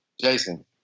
Jason